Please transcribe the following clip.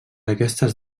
aquestes